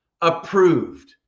approved